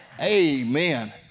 Amen